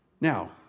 Now